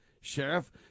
sheriff